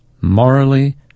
morally